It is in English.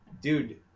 Dude